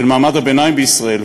של מעמד הביניים בישראל,